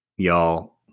y'all